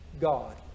God